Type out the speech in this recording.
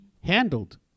handled